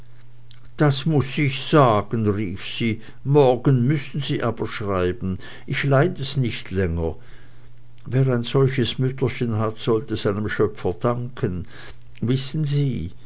das muß ich sagen rief sie morgen müssen sie aber schreiben ich leid es nicht länger wer ein solches mütterchen hat sollte seinem schöpfer danken wissen sie